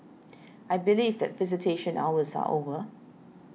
I believe that visitation hours are over